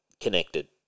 connected